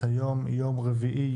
היום יום רביעי,